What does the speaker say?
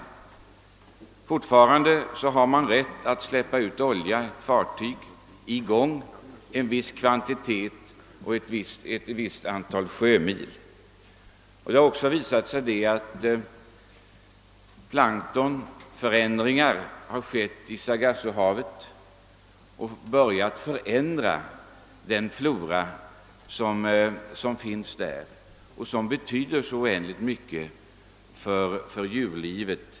Man har fortfarande rätt att släppa ut olja från fartyg i gång i en viss kvantitet och på ett visst antal sjömils avstånd från kusten. Det har också visat sig att planktonförändringar skett i Sargassohavet, vilket börjat förändra floran där, som dock betyder så oändligt mycket för djurlivet.